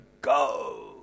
go